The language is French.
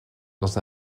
dans